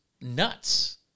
nuts